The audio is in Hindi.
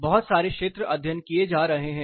बहुत सारे क्षेत्र अध्ययन किए जा रहे हैं